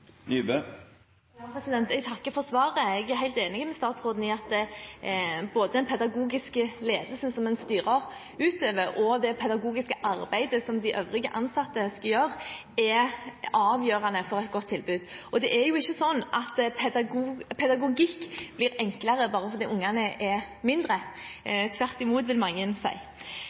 Jeg takker for svaret. Jeg er helt enig med statsråden i at både den pedagogiske ledelsen som en styrer utøver, og det pedagogiske arbeidet som de øvrige ansatte gjør, er avgjørende for et godt tilbud. Det er ikke sånn at pedagogikk blir enklere fordi ungene er mindre – tvert imot vil mange